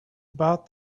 about